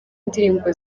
indirimbo